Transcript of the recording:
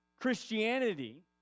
Christianity